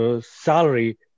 salary